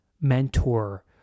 mentor